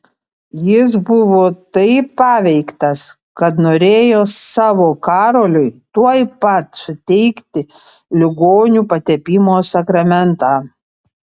jis buvo taip paveiktas kad norėjo savo karoliui tuoj pat suteikti ligonių patepimo sakramentą